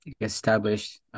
established